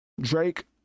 drake